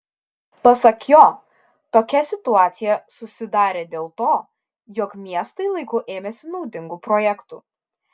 pasak jo tokia situacija susidarė dėl to jog miestai laiku ėmėsi naudingų projektų